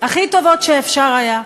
הכי טובות שאפשר היה.